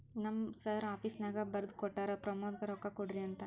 ನಮ್ ಸರ್ ಆಫೀಸ್ನಾಗ್ ಬರ್ದು ಕೊಟ್ಟಾರ, ಪ್ರಮೋದ್ಗ ರೊಕ್ಕಾ ಕೊಡ್ರಿ ಅಂತ್